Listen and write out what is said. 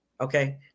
Okay